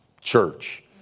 church